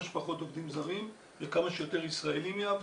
שפחו עובדים זרים וכמה שיותר ישראלים יעבדו,